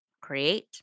create